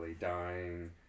Dying